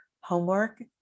homework